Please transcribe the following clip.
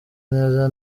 neza